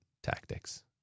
tactics